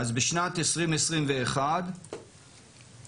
אז בשנת 2021